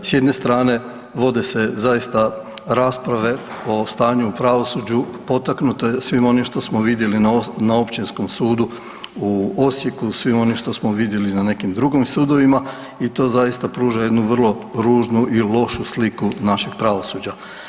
S jedne strane vode se zaista rasprave o stanju u pravosuđu potaknute svim onim što smo vidjeli na Općinskom sudu u Osijeku, svim onim što smo vidjeli na nekim drugim sudovima i to zaista pruža jednu vrlo ružnu i lošu sliku našeg pravosuđa.